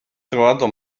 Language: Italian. trovato